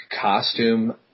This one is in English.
costume